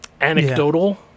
anecdotal